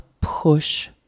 push